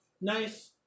nice